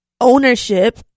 ownership